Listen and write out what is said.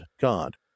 God